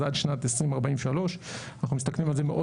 אז עד 2043. אנחנו מסכלים על זה מאוד